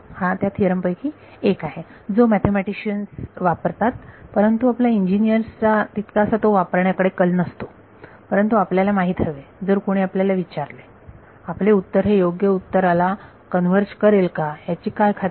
हा त्या थिअरम पैकी एक आहे जो मॅथेमॅटिशन जास्त वापरतात परंतु आपला इंजिनियर्स चा तितकासा तो वापरण्याकडे कल नसतो परंतु आपल्याला माहीत हवे जर कोणी आपल्याला विचारले आपले उत्तर हे योग्य उत्तराला कन्वर्ज करेल का याची काय खात्री